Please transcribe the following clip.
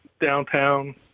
downtown